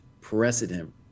precedent